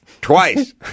Twice